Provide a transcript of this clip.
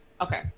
Okay